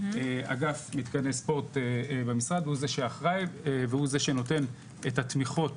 אגף מתקני ספורט במשרד הוא זה שאחראי והוא זה שנותן את התמיכות